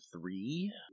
three